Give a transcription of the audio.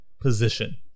position